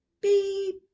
beep